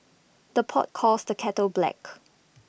the pot calls the kettle black